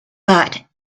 but